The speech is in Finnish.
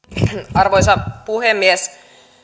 arvoisa puhemies